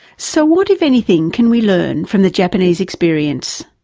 so what if anything can we learn from the japanese experience?